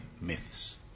myths